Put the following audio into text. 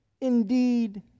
indeed